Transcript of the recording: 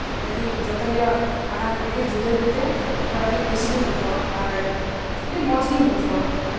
ᱟᱹᱰᱤ ᱡᱚᱛᱚ ᱨᱮᱭᱟᱜ ᱟᱲᱟᱝ ᱟᱹᱰᱤ ᱡᱩᱫᱟᱹ ᱜᱮᱛᱮ ᱚᱱᱟᱫᱚ ᱟᱹᱰᱤ ᱠᱩᱥᱤᱜᱮᱧ ᱟᱹᱭᱠᱟᱹᱣᱟ ᱟᱨ ᱟᱹᱰᱤ ᱢᱚᱡᱽ ᱜᱮᱧ ᱵᱩᱡᱷᱟᱹᱣᱟ